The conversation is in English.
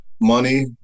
money